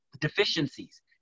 deficiencies